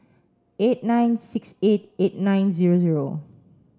eight nine six eight eight nine zero zero